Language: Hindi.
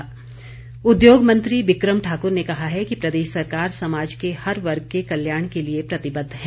बिक्रम ठाकुर उद्योग मंत्री बिक्रम ठाकुर ने कहा है कि प्रदेश सरकार समाज के हर वर्ग के कल्याण के लिए प्रतिबद्ध है